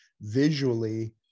visually